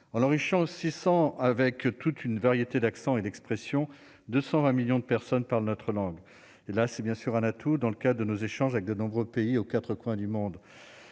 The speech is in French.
alors 600 avec toute une variété d'accent et d'expression 220 millions de personnes parlent notre langue, et là, c'est bien sûr un atout dans le cas de nos échanges avec de nombreux pays, aux 4 coins du monde